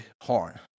horn